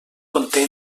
conté